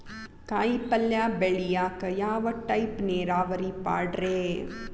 ಕಾಯಿಪಲ್ಯ ಬೆಳಿಯಾಕ ಯಾವ ಟೈಪ್ ನೇರಾವರಿ ಪಾಡ್ರೇ?